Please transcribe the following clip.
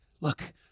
look